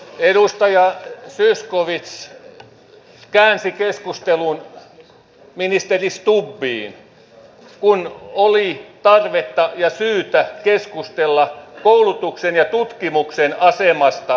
edustaja zyskowicz käänsi keskustelun ministeri stubbiin kun oli tarvetta ja syytä keskustella koulutuksen ja tutkimuksen asemasta suomessa